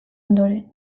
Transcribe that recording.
ondoren